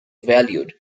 valued